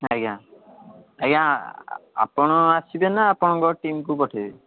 ଆଜ୍ଞା ଆଜ୍ଞା ଆପଣ ଆସିବେ ନା ଆପଣଙ୍କ ଟିମ୍କୁ ପଠାଇବେ